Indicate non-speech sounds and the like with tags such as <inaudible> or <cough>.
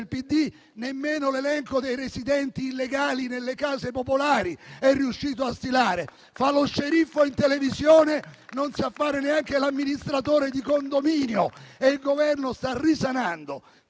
a stilare l'elenco dei residenti illegali nelle case popolari. <applause> Fa lo sceriffo in televisione, ma non sa fare neanche l'amministratore di condominio e il Governo sta risanando